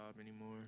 anymore